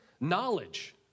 Knowledge